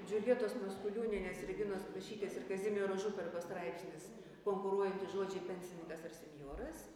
džiuljetos maskuliūnienės reginos kvašytės ir kazimiero župerkos straipsnis konkuruojantys žodžiai pensininkas ar senjoras